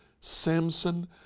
Samson